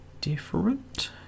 different